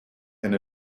and